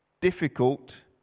difficult